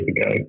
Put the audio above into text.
ago